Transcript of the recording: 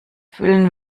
füllen